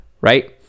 right